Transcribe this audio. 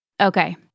okay